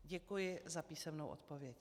Děkuji za písemnou odpověď.